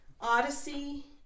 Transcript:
odyssey